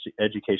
education